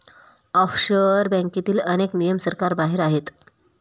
offshore बँकेतील अनेक नियम सरकारबाहेर आहेत